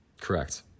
correct